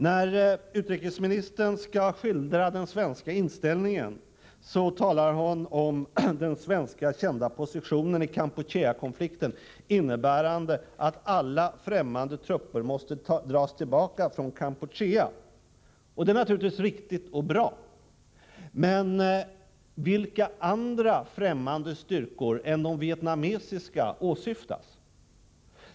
När utrikesministern skall skildra den svenska inställningen talar han om ”den kända svenska positionen i Kampucheakonflikten innebärande att alla främmande trupper måste dras tillbaka från Kampuchea”. Det är naturligtvis riktigt och bra. Men vilka andra främmande styrkor än de vietnamesiska åsyftas?